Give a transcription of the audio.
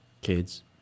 Kids